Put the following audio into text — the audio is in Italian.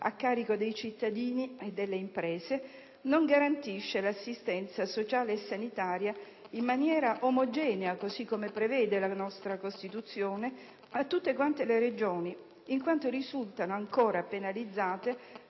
a carico dei cittadini e delle imprese; non garantisce l'assistenza sociale e sanitaria in maniera omogenea, così come prevede la nostra Costituzione, a tutte le Regioni, in quanto risultano ancora penalizzate